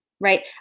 right